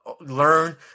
learn